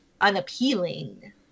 unappealing